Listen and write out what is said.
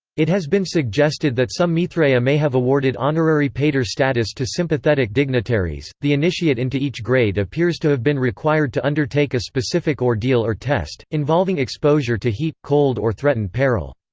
it has been suggested that some mithraea may have awarded honorary pater status to sympathetic dignitaries the initiate into each grade appears to have been required to undertake a specific ordeal or test, involving exposure to heat, cold or threatened peril.